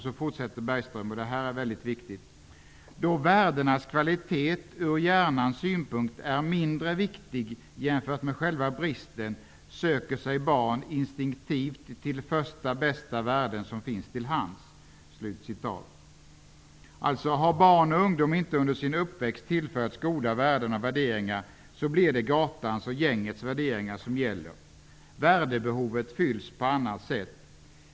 Så fortsätter Bergström, och det är viktigt: ''Då värdenas kvalitet ur hjärnans synpunkt är mindre viktig jämfört med själva bristen, söker sig barn instinktivt till första bästa värden som finns till hands.'' Har barn och ungdom under sin uppväxt inte tillförts goda värden och värderingar blir det gatans och gängets värderingar som gäller. Värdebehovet fylls på annat sätt.